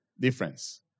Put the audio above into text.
difference